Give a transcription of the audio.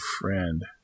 friend